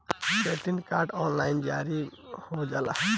Credit card online जारी हो जाला का?